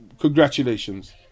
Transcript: Congratulations